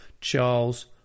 Charles